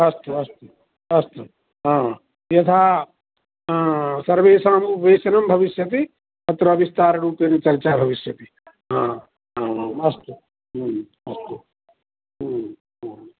अस्तु अस्तु अस्तु ह यथा सर्वेषामुपवेशनं भविष्यति तत्र विस्ताररूपेण चर्चा भविष्यति ह आमाम् अस्तु ह अस्तु हु आम्